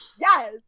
Yes